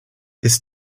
ist